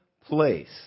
place